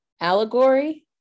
allegory